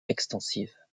extensive